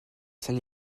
saint